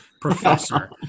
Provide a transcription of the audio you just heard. professor